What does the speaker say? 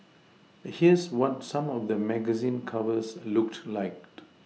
here's what some of the magazine covers looked like